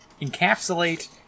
encapsulate